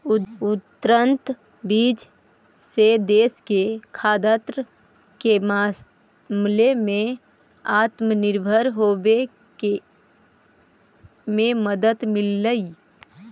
उन्नत बीज से देश के खाद्यान्न के मामले में आत्मनिर्भर होवे में मदद मिललई